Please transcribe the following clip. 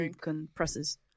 compresses